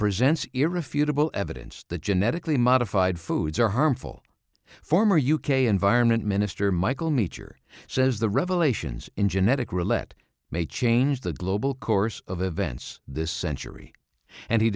presents irrefutable evidence that genetically modified foods are harmful former u k environment minister michael meacher says the revelations in genetic rillette may change the global course of events this century and he